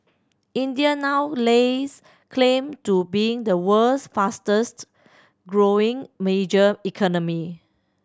India now lays claim to being the world's fastest growing major economy